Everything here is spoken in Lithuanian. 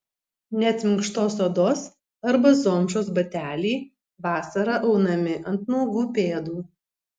net minkštos odos arba zomšos bateliai vasarą aunami ant nuogų pėdų